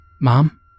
Mom